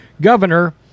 Governor